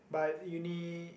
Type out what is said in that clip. but uni